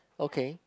okay